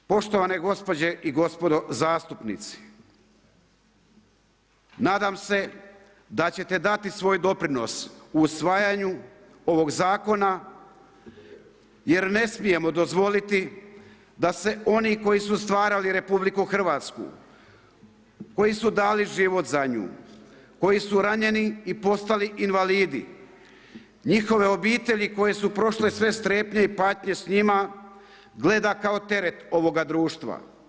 Poštovane gospođe i gospodo zastupnici, nadam se da ćete dati svoj doprinos usvajanju ovog zakona jer ne smijemo dozvoliti da se oni koji su stvarali RH, koji su dali život za nju, koji su ranjeni i postali invalidi, njihove obitelji koje su prošle sve strepnje i patnje s njima, gleda kao teret ovoga društva.